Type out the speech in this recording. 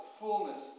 fullness